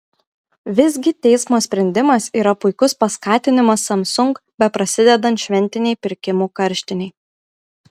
visgi teismo sprendimas yra puikus paskatinimas samsung beprasidedant šventinei pirkimų karštinei